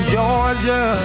Georgia